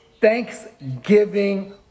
Thanksgiving